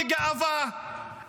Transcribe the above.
בגאווה,